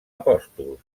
apòstols